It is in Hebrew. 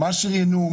מה שריינו?